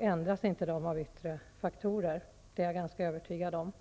ändras de inte av yttre faktorer. Det är jag ganska övertygad om.